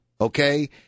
okay